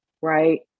right